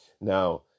Now